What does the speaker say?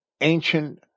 ancient